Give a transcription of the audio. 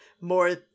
more